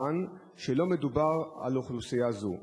טען שלא מדובר על אוכלוסייה זו.